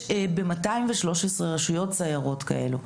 ב-203 רשויות יש סיירות כאלה.